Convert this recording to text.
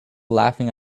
laughing